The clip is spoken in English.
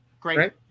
Great